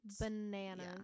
Bananas